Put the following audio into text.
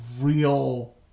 real